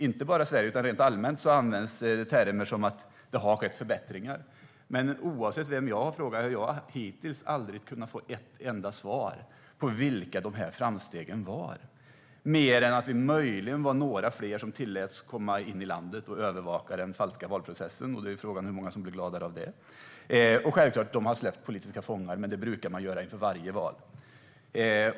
Inte bara i Sverige utan även rent allmänt används ibland termer som att det har skett förbättringar, men oavsett vem jag har frågat har jag hittills aldrig kunnat få ett enda svar på frågan vilka de framstegen är mer än att vi möjligen var några fler som tilläts komma in i landet och övervaka den falska valprocessen. Frågan är dock hur många som blev gladare av det. Självklart har man också släppt politiska fångar, men det brukar man göra inför varje val.